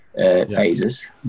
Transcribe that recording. Phases